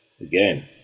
again